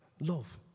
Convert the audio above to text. Love